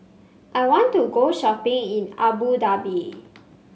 I want to go shopping in Abu Dhabi